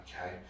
Okay